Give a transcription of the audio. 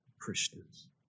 Christians